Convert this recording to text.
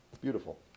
beautiful